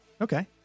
okay